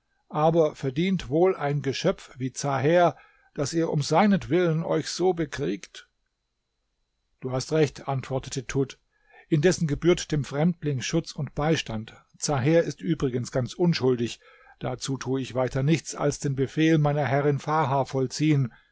aber verdient wohl ein geschöpf wie zaher daß ihr um seinetwillen euch so bekriegt du hast recht antwortete tud indessen gebührt dem fremdling schutz und beistand zaher ist übrigens ganz unschuldig dazu tu ich weiter nichts als den befehl meiner herrin farha vollziehen